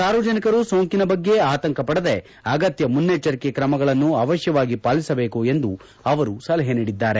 ಸಾರ್ವಜನಿಕರು ಸೋಂಕಿನ ಬಗ್ಗೆ ಆತಂಕ ಪಡದೆ ಅಗತ್ತ ಮುನ್ನೆಚ್ವರಿಕೆ ಕ್ರಮಗಳನ್ನು ಅವಶ್ಯವಾಗಿ ಪಾಲಿಸಬೇಕು ಎಂದು ಅವರು ಸಲಹೆ ನೀಡಿದ್ದಾರೆ